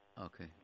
Okay